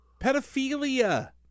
pedophilia